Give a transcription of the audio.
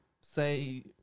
say